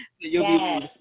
Yes